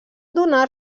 donar